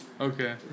okay